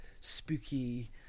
spooky